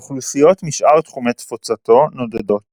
האוכלוסיות משאר תחומי תפוצתו נודדות.